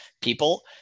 people